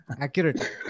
Accurate